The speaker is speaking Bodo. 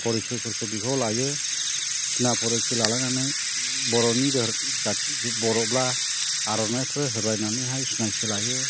फरिसयफोरखौ बिफाव लायो सिना फरिखि लालायनानै बर'नि धोरोम जाथि बर'ब्ला आरनाइफोर होलायनानैहाय सिनायखि लायो